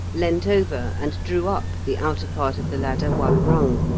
leant over and drew up the outer part of the ladder one rung,